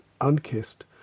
unkissed